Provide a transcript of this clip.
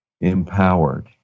empowered